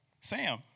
Sam